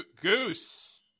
Goose